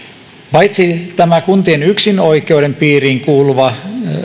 paitsi että on tämä kuntien yksinoikeuden piiriin kuuluva